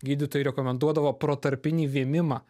gydytojai rekomenduodavo protarpinį vėmimą